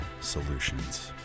solutions